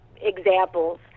examples